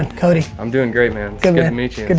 and cody i'm doing great man, it's good good to meet you. good